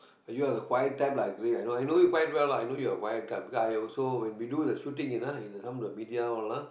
you the quiet type lah I agree I know you quite well lah I know you're quiet type because I also when we do the shooting in ah the media all lah